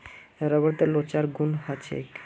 रबरत लोचदार गुण ह छेक